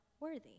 worthy